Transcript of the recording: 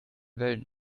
wellen